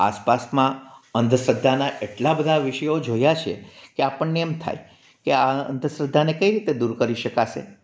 આસપાસમાં અંધસ્રદ્ધાના એટલા બધા વિષયો જોયા છે કે આપણ ને એમ થાય કે આ અંધશ્રદ્ધા ને કઈ રીતે દૂર કરી શકાશે